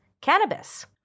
cannabis